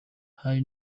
hari